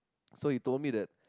so he told me that